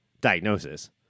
diagnosis